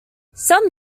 some